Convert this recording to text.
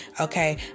okay